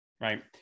right